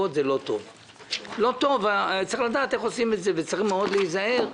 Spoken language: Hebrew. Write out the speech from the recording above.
לא עושים תחרות איזה נושא יותר חשוב.